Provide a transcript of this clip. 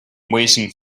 waiting